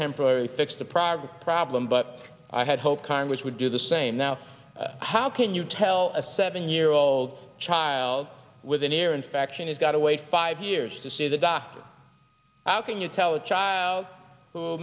temporary fix the product problem but i had hoped congress would do the same now how can you tell a seven year old child with an ear infection has got to wait five years to see the doctor how can you tell a child who